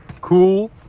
Cool